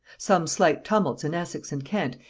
some slight tumults in essex and kent,